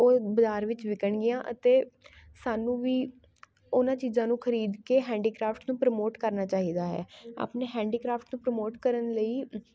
ਉਹ ਬਜ਼ਾਰ ਵਿੱਚ ਵਿਕਣ ਗੀਆਂ ਅਤੇ ਸਾਨੂੰ ਵੀ ਉਹਨਾਂ ਚੀਜ਼ਾਂ ਨੂੰ ਖਰੀਦ ਕੇ ਹੈਂਡੀਕ੍ਰਾਫਟ ਨੂੰ ਪ੍ਰਮੋਟ ਕਰਨਾ ਚਾਹੀਦਾ ਹੈ ਆਪਣੇ ਹੈਂਡੀਕ੍ਰਾਫਟ ਨੂੰ ਪ੍ਰਮੋਟ ਕਰਨ ਲਈ